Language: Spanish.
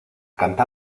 canta